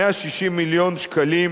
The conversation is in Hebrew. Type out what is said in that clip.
160 מיליון שקלים